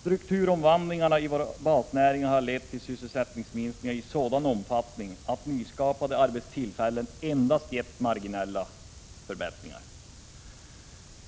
Strukturomvandlingar inom våra basnäringar har lett till sysselsättningsminskningar i sådan omfattning att nyskapade arbetstillfällen endast har gett marginella förbättringar.